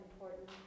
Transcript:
important